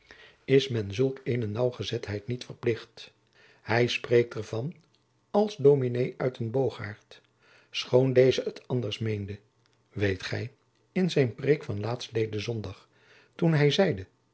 is men zulk eene naauwgezetheid niet verplicht hij spreekt er van even als ds uytenbogaert schoon deze t anders meende weet gij in zijn preêk van laatstleden zondag toen hij zeide